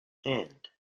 hand